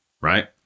Right